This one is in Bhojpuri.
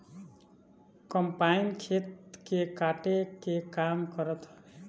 कम्पाईन खेत के काटे के काम करत हवे